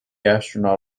astronaut